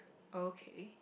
okay